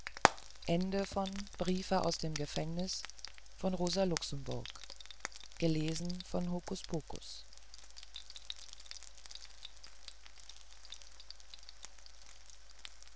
aus dem gefängnis by rosa luxemburg